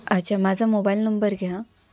अच्छा माझा mobile number घ्या